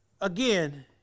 Again